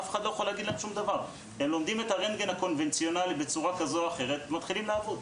הם לומדים את הרנטגן הקונבנציונאלי בצורה כזו או אחרת ומתחילים לעבוד.